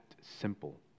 simple